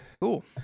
Cool